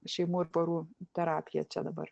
šeimų ir porų terapiją čia dabar